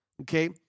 okay